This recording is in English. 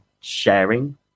Sharing